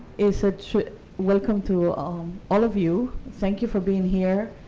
it's a welcome to all of you. thank you for being here.